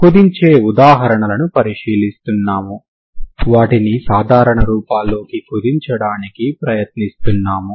కాబట్టి మీరు తరంగ సమీకరణాన్ని అనేక రకాలుగా ఇవ్వవచ్చు లేదా మీరు ఆ స్ట్రింగ్ని నిర్ణయించవచ్చు